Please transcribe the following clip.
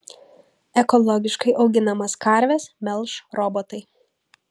ekologiškai auginamas karves melš robotai